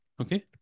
okay